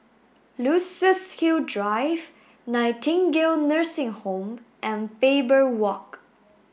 Luxus Hill Drive Nightingale Nursing Home and Faber Walk